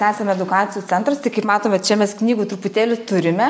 esam edukacijų centras tai kaip matome čia mes knygų truputėlį turime